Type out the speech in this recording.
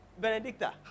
Benedicta